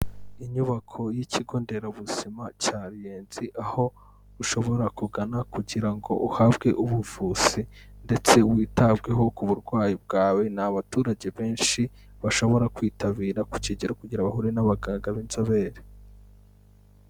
Inyubako y'ikigo nderabuzima cya Ruyenzi aho ushobora kugana kugira ngo uhabwe ubuvuzi ndetse witabweho ku burwayi bwawe, ni abaturage benshi bashobora kwitabira ku kigero kugira bahure n'abaganga b'inzobere.